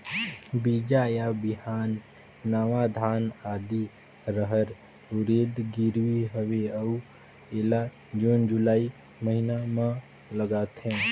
बीजा या बिहान के नवा धान, आदी, रहर, उरीद गिरवी हवे अउ एला जून जुलाई महीना म लगाथेव?